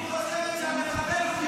היא חושבת שהמחבל הוא גיבור.